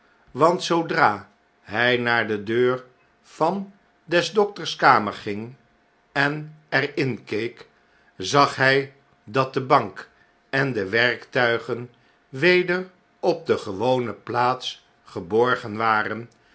want zoodra hy naar de deur van des dokters kamer ging en er in keek zag hjj dat de bank en de werktuigen weder op de gewone plaats geborgen waren